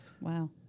Wow